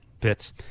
bits